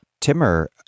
Timur